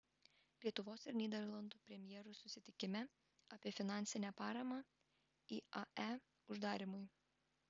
lietuvos ir nyderlandų premjerų susitikime apie finansinę paramą iae uždarymui